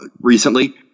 recently